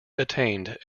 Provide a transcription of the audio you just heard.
attained